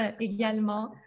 également